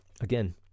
again